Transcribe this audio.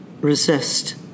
resist